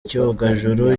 cyogajuru